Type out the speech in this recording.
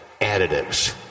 additives